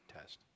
test